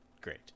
great